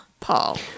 Paul